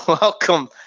welcome